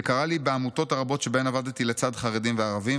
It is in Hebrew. זה קרה לי בעמותות רבות שבהן עבדתי לצד חרדים וערבים,